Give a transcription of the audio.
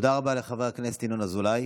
תודה רבה לחבר הכנסת ינון אזולאי.